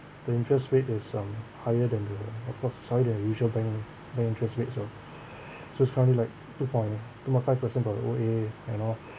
the interest rate is um higher than the of course it's higher than the usual bank lor bank interest rates lor so it's probably like two point two point five percent for the O_A and all